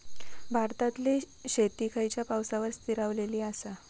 भारतातले शेती खयच्या पावसावर स्थिरावलेली आसा?